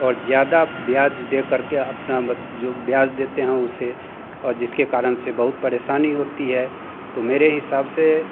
और ज़्यादा ब्याज दे करके अपना ब्याज देते हैं उसे जिसके कारण से बहुत परेशानी होती है तो मेरे हिसाब से